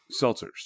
Seltzers